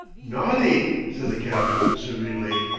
naughty! said the captain serenely,